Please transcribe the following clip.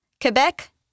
Quebec